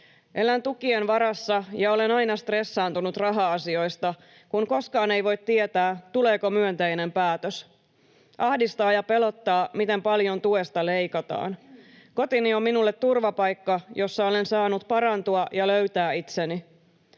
Elän tukien varassa ja olen aina stressaantunut raha-asioista, kun koskaan ei voi tietää, tuleeko myönteinen päätös. Ahdistaa ja pelottaa, miten paljon tuesta leikataan. Kotini on minulle turvapaikka, jossa olen saanut parantua ja löytää itseäni.